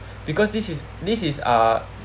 because this is this is uh